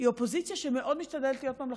היא אופוזיציה שמאוד משתדלת להיות ממלכתית.